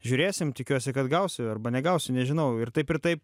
žiūrėsim tikiuosi kad gausiu arba negausiu nežinau ir taip ir taip